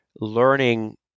learning